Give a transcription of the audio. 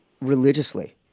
religiously